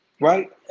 right